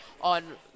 on